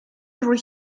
drwy